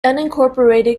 unincorporated